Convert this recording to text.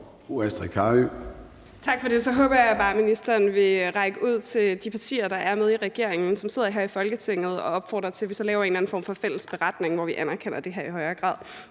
Astrid Carøe (SF): Tak for det. Så håber jeg bare, at ministeren vil række ud til de partier, der er med i regeringen og sidder her i Folketinget, og opfordre til, at vi så laver en eller anden form for fælles beretning, hvor vi anerkender det her i højere grad,